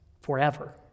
forever